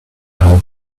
how